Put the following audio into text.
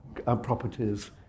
properties